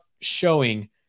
showing